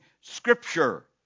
scripture